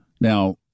Now